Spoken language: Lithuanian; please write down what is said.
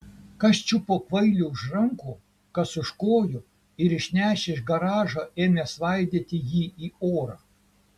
kas čiupo kvailį už rankų kas už kojų ir išnešę iš garažo ėmė svaidyti jį į orą